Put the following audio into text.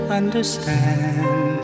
understand